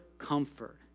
comfort